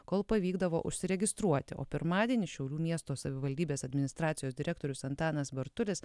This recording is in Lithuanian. kol pavykdavo užsiregistruoti o pirmadienį šiaulių miesto savivaldybės administracijos direktorius antanas bartulis